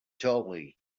jolly